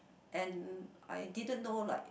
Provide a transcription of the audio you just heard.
and I didn't know like